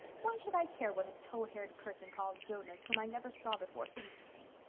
why should i care what a tow-haired person called jonas, whom i never saw before thinks of me?